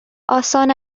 آسان